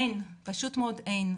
אין, פשוט מאוד אין.